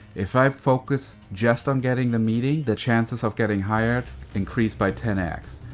if i focused just on getting the meeting, the chances of getting hired increased by ten x.